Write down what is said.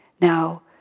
Now